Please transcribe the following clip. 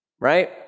right